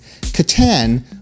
Catan